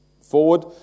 forward